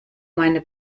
meine